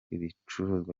ibicuruzwa